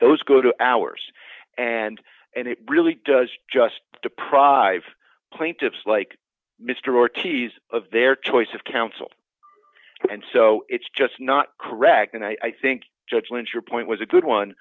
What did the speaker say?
those go to hours and and it really does just deprive plaintiffs like mr ortiz of their choice of counsel and so it's just not correct and i think judge lynch your point was a good one